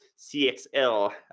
CXL